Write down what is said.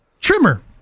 trimmer